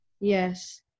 yes